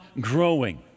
growing